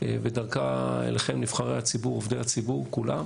ודרכה אליכם, נבחרי הציבור, עובדי הציבור כולם.